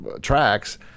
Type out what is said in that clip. tracks